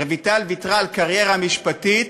רויטל ויתרה על קריירה משפטית,